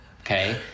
Okay